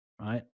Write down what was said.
Right